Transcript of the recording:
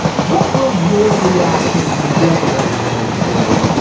what will your reaction be then, representative jordan?